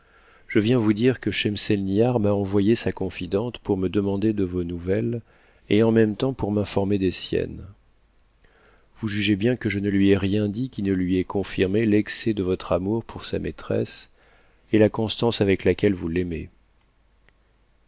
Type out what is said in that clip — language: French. je viens vous dire que schemselniharm'a envoyé sa conmente pour me demander de vos nouvelles et en même temps pour m'informer des siennes vous jugez bien que je ne lui ai rien dit qui ne lui ait confirmé l'excès de votre amour pour sa maîtresse et la constance avec laquelle vous l'aimez